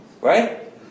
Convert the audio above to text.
right